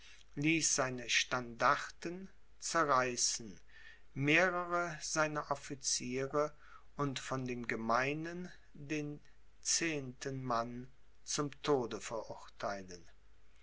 ließ seine standarten zerreißen mehrere seiner officiere und von den gemeinen den zehenten mann zum tode verurtheilen